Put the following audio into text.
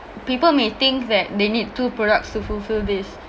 people may think that they need two products to fulfil this